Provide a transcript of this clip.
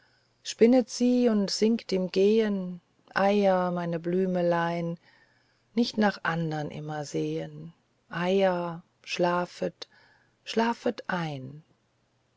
spinnet sie und singt im gehen eia meine blümelein nicht nach andern immer sehen eia schlafet schlafet ein